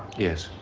yes.